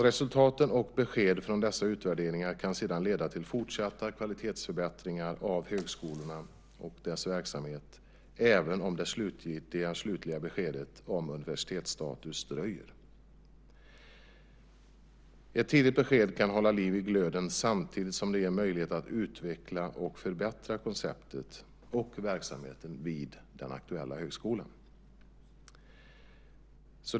Resultaten och beskeden från dessa utvärderingar kan sedan leda till fortsatta kvalitetsförbättringar av högskolorna och deras verksamhet, även om det slutliga beskedet om universitetsstatus dröjer. Ett tidigt besked kan hålla liv i glöden samtidigt som det ger en möjlighet att utveckla och förbättra konceptet och verksamheten vid den aktuella högskolan.